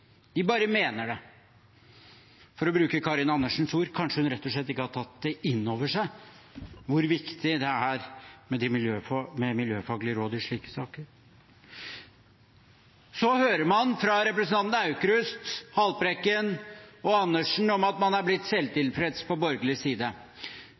De bare mener det. For å bruke Karin Andersens ord: Kanskje hun rett og slett ikke har tatt inn over seg hvor viktig det er med miljøfaglige råd i slike saker. Så hører man fra representantene Aukrust, Haltbrekken og Andersen at man er blitt